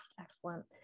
excellent